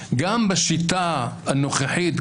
גם בשיטה הנוכחית,